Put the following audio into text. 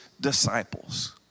disciples